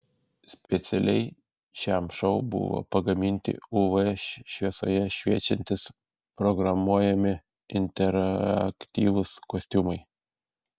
specialiai šiam šou buvo pagaminti uv šviesoje šviečiantys programuojami interaktyvūs kostiumai